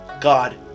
God